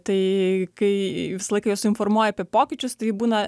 tai kai visą laiką juos informuoja apie pokyčius tai būna